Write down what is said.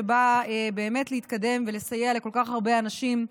שבא באמת להתקדם ולסייע לכל כך הרבה אנשים,